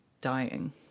dying